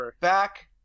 back